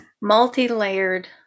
multi-layered